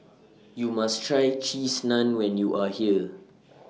YOU must Try Cheese Naan when YOU Are here